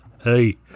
Hey